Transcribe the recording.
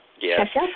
yes